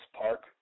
Park